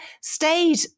stayed